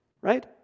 Right